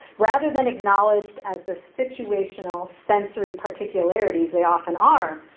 rather than acknowledged as the situational sensory particularities they often are,